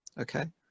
okay